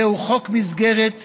זהו חוק מסגרת גמיש,